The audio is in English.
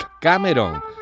Cameron